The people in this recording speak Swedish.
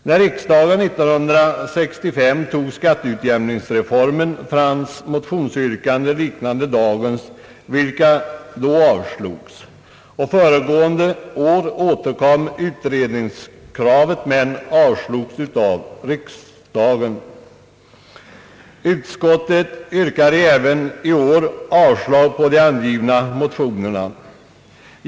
När riksdagen 1965 antog skatteutjämningsreformen fanns motionsyrkanden liknande dagens, och de avslogs då. Föregående år återkom utredningskravet, men avslogs av riksdagen. Utskottet yrkar även i år avslag på de angivna motionerna.